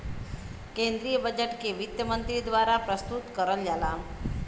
केन्द्रीय बजट के वित्त मन्त्री द्वारा प्रस्तुत करल जाला